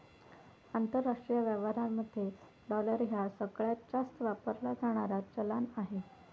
आंतरराष्ट्रीय व्यवहारांमध्ये डॉलर ह्या सगळ्यांत जास्त वापरला जाणारा चलान आहे